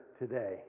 today